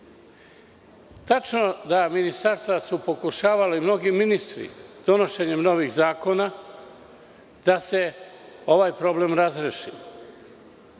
da su ministarstva pokušavala i mnogi ministri donošenjem novih zakona, da se ovaj problem razreši,